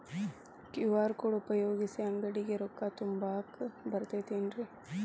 QR code ಉಪಯೋಗಿಸಿ, ಅಂಗಡಿಗೆ ರೊಕ್ಕಾ ತುಂಬಾಕ್ ಬರತೈತೇನ್ರೇ?